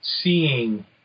seeing